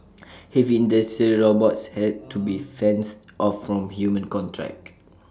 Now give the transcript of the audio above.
heavy industrial robots had to be fenced off from human contact